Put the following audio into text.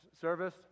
service